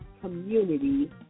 Community